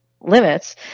limits